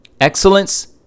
Excellence